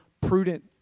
prudent